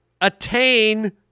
attain